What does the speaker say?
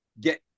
get